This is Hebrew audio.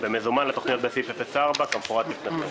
במזומן לתוכניות בסעיף 04, כמפורט לפניכם.